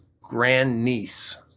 grandniece